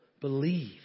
Believe